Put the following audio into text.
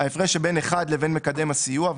ההפרש שבין 1 לבין מקדם הסיוע,